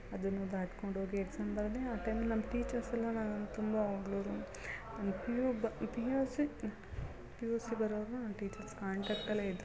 ಅದನ್ನೂ ದಾಟ್ಕೊಂಡು ಹೋಗಿ ಎಕ್ಸಾಮ್ ಬರೆದೆ ಆ ಟೈಮಲ್ಲಿ ನಮ್ಮ ಟೀಚರ್ಸ್ ಎಲ್ಲ ನನ್ನನ್ನ ತುಂಬ ಹೊಗ್ಳೋರು ನಾನು ಪಿ ಯು ಬ P U C P U C ಬರೋವರೆಗೂ ನಾನು ಟೀಚರ್ಸ್ ಕಾಂಟ್ಯಾಕ್ಟಲ್ಲೇ ಇದ್ದರು